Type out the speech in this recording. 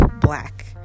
black